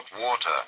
water